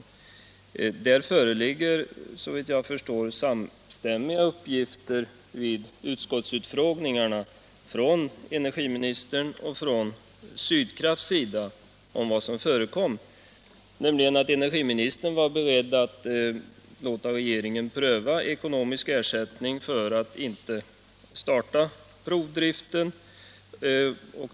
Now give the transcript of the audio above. Från utskottsutfrågningarna föreligger, såvitt jag förstår, samstämmiga uppgifter från energiministern och Sydkraft om vad som förekom, nämligen att energiministern var beredd att låta regeringen pröva ekonomisk ersättning för att Sydkraft inte skulle starta provdriften.